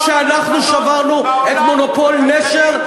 שאנחנו שברנו את מונופול "נשר",